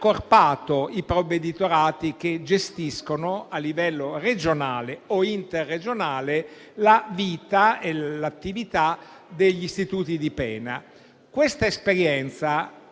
accorpandoli, i provveditorati che gestiscono a livello regionale o interregionale la vita e l'attività degli istituti di pena. Questa esperienza,